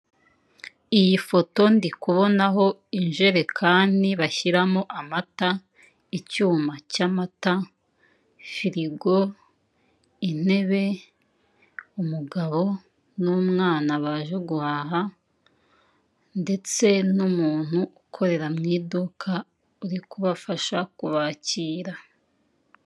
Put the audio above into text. Iyi foto ndikubonaho ijerekani bashyiramo amata, icyuma cy'amata, fitigo, intebe, umugabo n'umwana baje guhaha ndetse n'umuntu ukorera mu idukaka uri kubafasha kubakira.